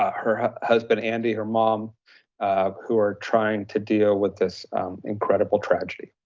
her husband andy, her mom who are trying to deal with this incredible tragedy.